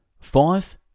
Five